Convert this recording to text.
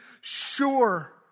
sure